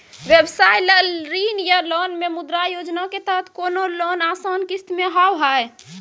व्यवसाय ला ऋण या लोन मे मुद्रा योजना के तहत कोनो लोन आसान किस्त मे हाव हाय?